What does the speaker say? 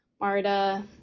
Marta